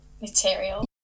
material